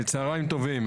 צהריים טובים.